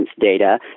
data